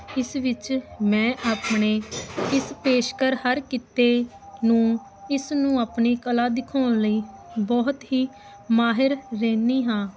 ਇਸ ਵਿੱਚ ਮੈਂ ਆਪਣੇ ਇਸ ਪੇਸ਼ਕਰ ਹਰ ਕਿੱਤੇ ਨੂੰ ਇਸ ਨੂੰ ਆਪਣੀ ਕਲਾ ਦਿਖਾਉਣ ਲਈ ਬਹੁਤ ਹੀ ਮਾਹਿਰ ਰਹਿੰਦੀ ਹਾਂ